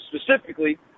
specifically